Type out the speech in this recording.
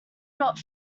not